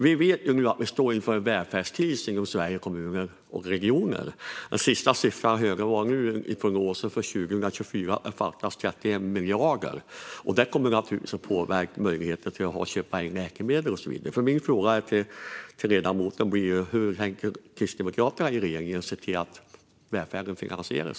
Vi vet att vi står inför en välfärdskris i Sveriges Kommuner och Regioner. I prognosen för 2024 visar siffrorna att det fattas 31 miljarder. Det kommer naturligtvis att påverka möjligheten att köpa in läkemedel. Hur tänker Kristdemokraterna i regeringen se till att välfärden finansieras?